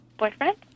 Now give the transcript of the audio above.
Boyfriend